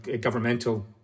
governmental